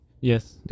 Yes